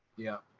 yeah.